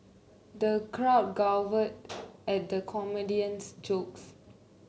the crowd guffawed at the comedian's jokes